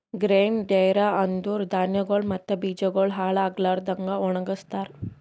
grain dryer ಅಂದುರ್ ಧಾನ್ಯಗೊಳ್ ಮತ್ತ ಬೀಜಗೊಳ್ ಹಾಳ್ ಆಗ್ಲಾರದಂಗ್ ಒಣಗಸ್ತಾರ್